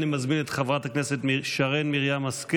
אני מזמין את חברת הכנסת שרן מרים השכל